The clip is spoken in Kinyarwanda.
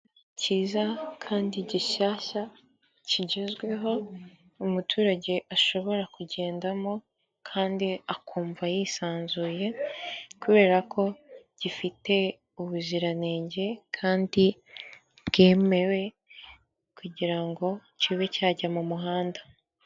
Cyiza kandi gishyashya kigezweho, umuturage ashobora kugendamo kandi akumva yisanzuye kubera ko gifite ubuziranenge kandi bwemewe kugira ngo kibe cyajya mu muhanda.